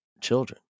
children